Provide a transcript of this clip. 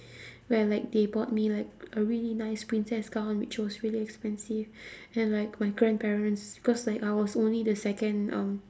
where like they bought me like a really nice princess gown which was really expensive and like my grandparents because like I was only the second um